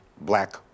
black